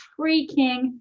freaking